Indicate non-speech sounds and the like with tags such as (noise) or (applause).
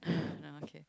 (breath) no okay